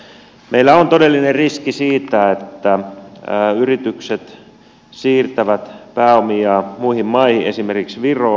meillä on todellinen riski että yritykset siirtävät pääomiaan muihin maihin esimerkiksi viroon